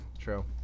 True